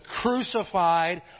crucified